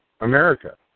America